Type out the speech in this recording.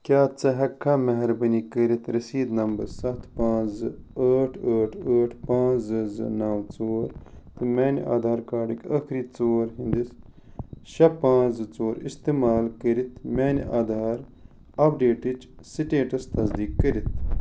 کیا ژٕ ہیٚکہِ کھا مہربٲنی کٔرتھ رسیٖد نمبر ستھ پانٛژھ زٕ ٲٹھ ٲٹھ ٲٹھ پانٛژھ زٕ زٕ نَو ژور تہٕ میٛانہ آدھار کارڈٕکۍ ٲخٕری ژور ہنٛدس شےٚ پانٛژھ زٕ ژور استعمال کٔرتھ میٛانہ آدھار اپڈیٹٕچ سٹیٹس تصدیٖق کٔرتھ